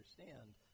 understand